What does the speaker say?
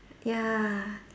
ya